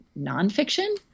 nonfiction